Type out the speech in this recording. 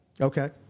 Okay